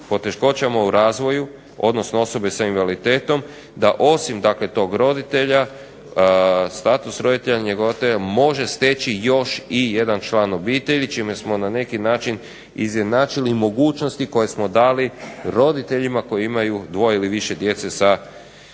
poteškoćama u razvoju odnosno osobe sa invaliditetom da osim tog roditelja status roditelja njegovatelja može steći još jedan član obitelji čime smo na neki način izjednačili mogućnosti koje smo dali roditeljima koji imaju dvoje ili više djece sa teškoćama